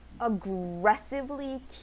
aggressively